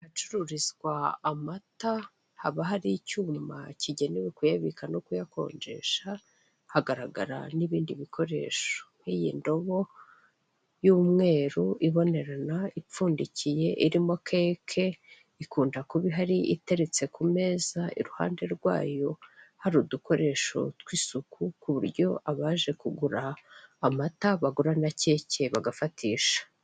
Ahacururizwa amata haba hari icyuma kigenewe kuyabika no kuyakonjesha, hagaragara n'ibindi bikoresho, nk'iyi ndobo y'umweru ibonerana ipfundikiye irimo keke ikunda kuba ihari iteretse ku meza iruhande rwayo hari udukoresho tw'isuku ku buryo abaje kugura amata bagura na keke bagafatisha.